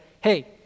hey